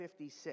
56